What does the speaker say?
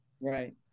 Right